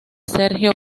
sergio